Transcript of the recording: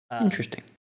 interesting